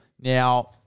now